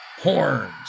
Horns